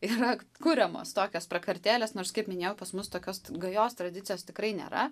yra kuriamos tokios prakartėlės nors kaip minėjau pas mus tokios gajos tradicijos tikrai nėra